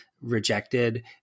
rejected